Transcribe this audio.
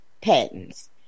patents